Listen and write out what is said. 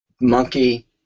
monkey